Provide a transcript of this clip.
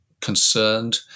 concerned